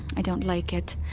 i don't like it.